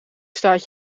staat